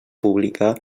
pública